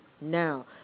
now